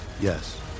Yes